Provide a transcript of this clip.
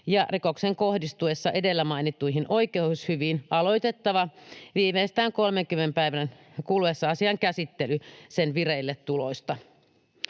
ja rikoksen kohdistuessa edellä mainittuihin oikeushyviin aloitettava viimeistään 30 päivän kuluessa asian vireilletulosta.